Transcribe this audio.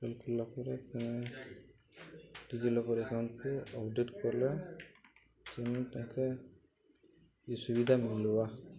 file ଖୋଲିଲା ପରେ DigiLocker ଏକାଉଣ୍ଟକୁ ଅପଡ଼େଟ୍ କଲେ ତେଣୁ ତାଙ୍କେ ଏ ସୁବିଧା ମିଲବା